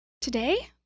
Today